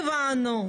הבנו,